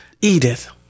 Edith